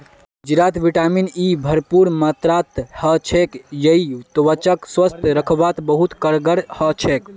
जीरात vitamin E भरपूर मात्रात ह छेक यई त्वचाक स्वस्थ रखवात बहुत कारगर ह छेक